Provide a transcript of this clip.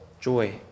joy